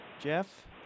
Jeff